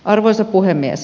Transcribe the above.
arvoisa puhemies